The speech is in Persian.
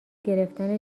گرفتن